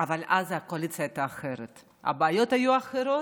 אבל אז הקואליציה הייתה אחרת, הבעיות היו אחרות.